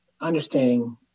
understanding